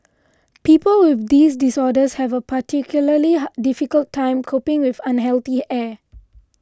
people with these disorders have a particularly difficult time coping with unhealthy air